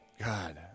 God